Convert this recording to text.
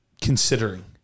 considering